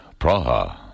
Praha